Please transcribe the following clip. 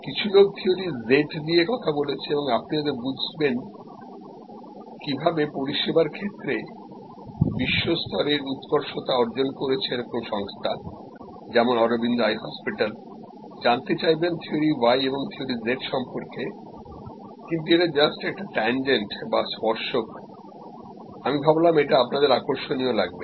কিছু লোক theory Z দিয়ে কথা বলেছে এবং আপনি হয়তো বুঝতে চাইবেন কিভাবে পরিষেবার ক্ষেত্রে বিশ্ব স্তরের উৎকর্ষতা অর্জন করেছে এরকম সংস্থা যেমন অরবিন্দ আই হসপিটাল জানতে চাইবেন থিওরি Y এবং থিওরি Z সম্পর্কে কিন্তু এটা জাস্ট একটা tangent বা স্পর্শক আমি ভাবলাম এটা আপনাদের আকর্ষণীয় লাগবে